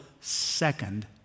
second